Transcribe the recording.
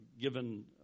given